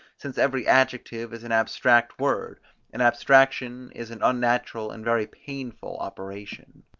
since every adjective is an abstract word, and abstraction is an unnatural and very painful operation.